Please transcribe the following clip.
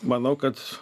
manau kad